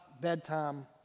bedtime